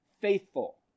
faithful